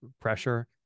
pressure